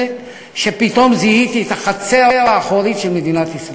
זה שפתאום זיהיתי את החצר האחורית של מדינת ישראל.